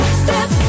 step